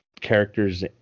characters